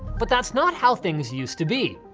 but that's not how things used to be.